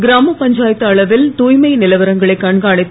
கிராம பஞ்சாயத்து அளவில் தூய்மை நிலவரங்களை கண்காணித்து